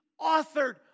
authored